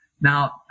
now